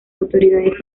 autoridades